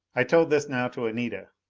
i told this now to anita.